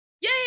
Yay